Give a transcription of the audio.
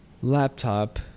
laptop